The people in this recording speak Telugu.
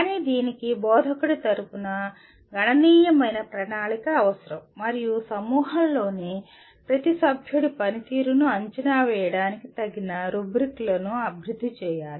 కానీ దీనికి బోధకుడి తరపున గణనీయమైన ప్రణాళిక అవసరం మరియు సమూహంలోని ప్రతి సభ్యుడి పనితీరును అంచనా వేయడానికి తగిన రుబ్రిక్లను అభివృద్ధి చేయాలి